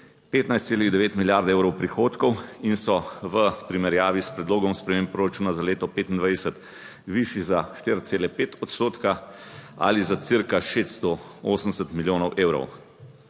15,9 milijard evrov prihodkov in so v primerjavi s predlogom sprememb proračuna za leto 2025 višji za 4,5 odstotka ali za cirka 680 milijonov evrov.